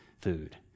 food